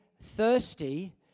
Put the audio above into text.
thirsty